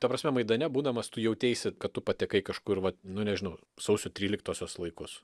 ta prasme maidane būdamas tu jauteisi kad tu patekai kažkur vat nu nežinau sausio tryliktosios laikus